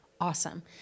awesome